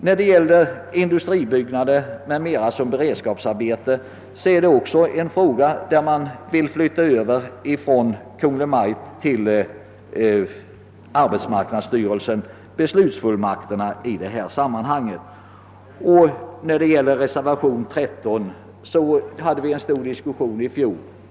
När det gäller frågan om att uppföra industribyggnader m.m. som beredskapsarbete vill man också flytta över beslutsfullmakterna från Kungl. Maj:t till arbetsmarknadsstyrelsen. Om de frågor som behandlas i reservationen 13 hade vi en stor diskussion i fjol.